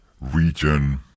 region